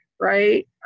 right